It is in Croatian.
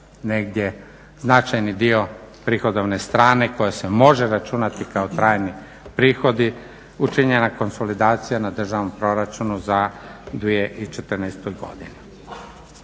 negdje značajni dio prihodovne strane koja se može računati kao trajni prihodi učinjena konsolidacija na Državnom proračunu za 2014. godinu.